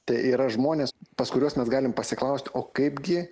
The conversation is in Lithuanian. tai yra žmonės pas kuriuos mes galim pasiklaust o kaipgi